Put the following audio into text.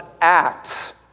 acts